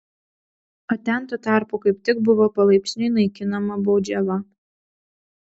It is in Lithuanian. o ten tuo tarpu kaip tik buvo palaipsniui naikinama baudžiava